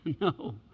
No